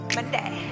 Monday